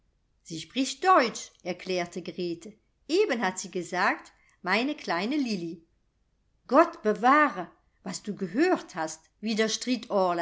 sie spricht deutsch erklärte grete eben hat sie gesagt meine kleine lilli gott bewahre was du gehört hast